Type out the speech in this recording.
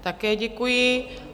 Také děkuji.